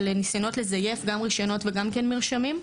נסיונות לזייף גם רשיונות וגם כן מרשמים.